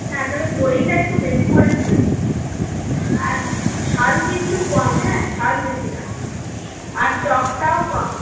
হ্যাঁ তাহলে দইটা একটু বেশি করে দিবেন আর ঝাল কিন্তু কম হ্যাঁ ঝাল বেশি না আর টকটাও কম